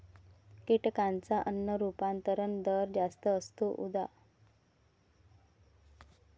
कीटकांचा अन्न रूपांतरण दर जास्त असतो, उदा